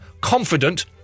confident